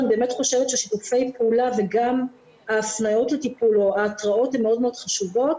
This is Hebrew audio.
אני חושבת ששיתופי פעולה וגם ההפניות לטיפול או ההתרעות הן מאוד חשובות.